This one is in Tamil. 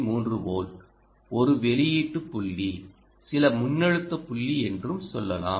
3 வோல்ட் ஓரு வெளியீட்டு புள்ளி சில மின்னழுத்த புள்ளி என்று சொல்லலாம்